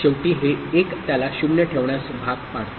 तर शेवटी हे 1 त्याला 0 ठेवण्यास भाग पाडते